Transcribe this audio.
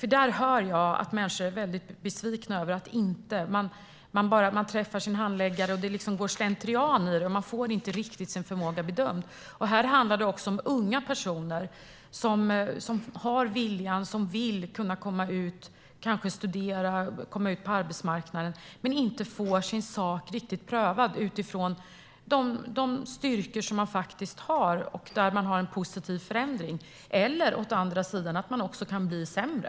Jag hör att människor är besvikna över att det går slentrian i det här. Man träffar sin handläggare men får inte riktigt sin förmåga bedömd. Här handlar det också om unga personer som har viljan att studera och kanske komma ut på arbetsmarknaden men som inte får sin sak riktigt prövad utifrån de styrkor som de faktiskt har då de har genomgått en positiv förändring. Det kan vara åt andra hållet också, att man blir sämre.